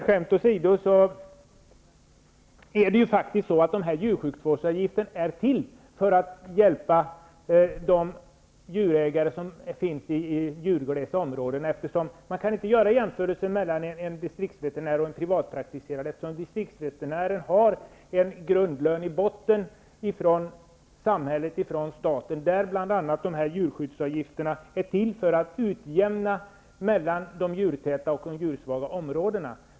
Skämt åsido, djursjukvårdsavgiften är faktiskt till för att hjälpa de djurägare som finns i djurglesa områden. Man kan inte göra jämförelsen mellan en distriktsveterinär och en privatpraktiserande. Distriktsveterinären har en grundlön i botten från staten, och djursjukvårdsavgifterna är till bl.a. för att utjämna mellan de djurtäta och de djurglesa områdena.